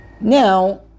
Now